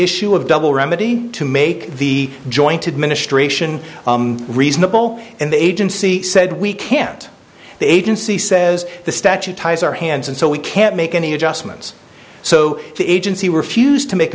issue of double remedy to make the jointed ministration reasonable and the agency said we can't the agency says the statute ties our hands and so we can't make any adjustments so the agency refused to make